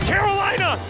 Carolina